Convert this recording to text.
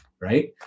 right